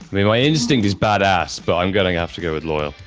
my instinct is badass, but i'm going after go with loyal.